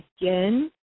again